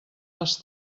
les